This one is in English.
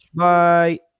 bye